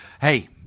Hey